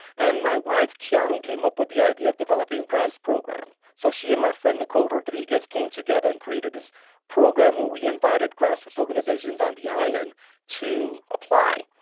and my wife, kyung, came up with the idea of developing a and grants program. so she and my friend nicole rodriguez came together and created this program where we invited grassroots organizations on the island to apply.